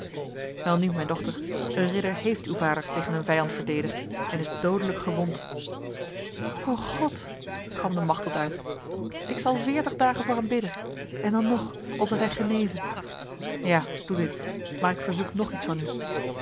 welnu mijn dochter een ridder heeft uw vader tegen een vijand verdedigd en is dodelijk gewond och god galmde machteld uit ik zal veertig dagen voor hem bidden en dan nog opdat hij geneze ja doe dit maar ik verzoek nog iets van u